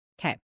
Okay